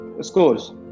scores